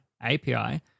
API